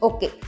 Okay